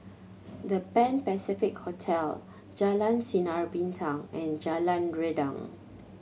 The Pan Pacific Hotel Jalan Sinar Bintang and Jalan Rendang